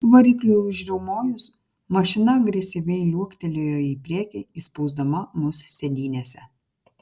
varikliui užriaumojus mašina agresyviai liuoktelėjo į priekį įspausdama mus sėdynėse